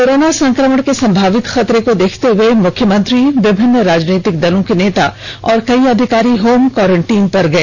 corona संक्रमण के संभावित खतरे को देखते हुए मुख्यमंत्री विभिन्न राजनीतिक दलों के नेता और कई अधिकारी होम क्वारेंटाइन में गए